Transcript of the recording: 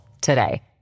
today